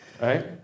Right